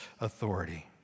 authority